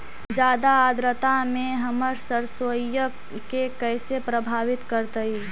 जादा आद्रता में हमर सरसोईय के कैसे प्रभावित करतई?